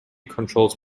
controls